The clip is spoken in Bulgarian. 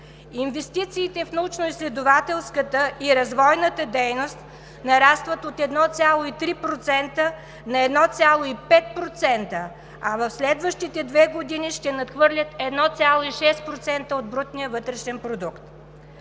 Инвестициите в научно-изследователската и развойната дейност нарастват от 1,3% на 1,5%, а в следващите две години ще надхвърлят 1,6% от брутния вътрешен продукт.